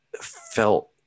felt